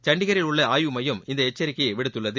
சண்டிகரில் உள்ளஆய்வு மையம் இந்தளச்சரிக்கையைவிடுத்துள்ளது